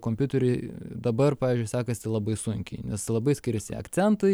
kompiuteriui dabar pavyzdžiui sekasi labai sunkiai nes labai skiriasi akcentai